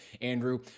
Andrew